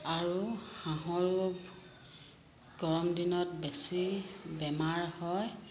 আৰু হাঁহৰো গৰম দিনত বেছি বেমাৰ হয়